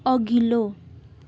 अघिल्लो